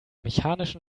mechanischen